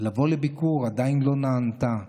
לבוא לביקור עדיין לא נענתה.